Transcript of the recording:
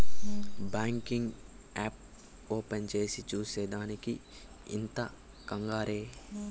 banking app open చేసి చూసే దానికి ఇంత కంగారే